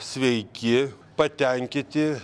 sveiki patenkinti